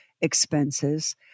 expenses